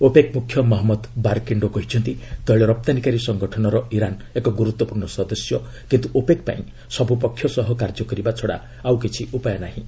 OPEC ମ୍ରଖ୍ୟ Mohammad Barkindo କହିଛନ୍ତି ତେଳ ରପ୍ତାନୀକାରୀ ସଂଗଠନର ଇରାନ୍ ଏକ ଗୁରୁତ୍ୱପୂର୍ଣ୍ଣ ସଦସ୍ୟ କିନ୍ତୁ ଓପେକ୍ ପାଇଁ ସବୁ ପକ୍ଷ ସହ କାର୍ଯ୍ୟ କରିବା ଛଡ଼ା ଆଉ କିଛି ଉପାୟ ନାହିଁ